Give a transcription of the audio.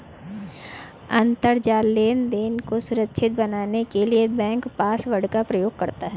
अंतरजाल लेनदेन को सुरक्षित बनाने के लिए बैंक पासवर्ड का प्रयोग करता है